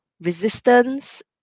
resistance